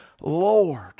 Lord